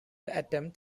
attempt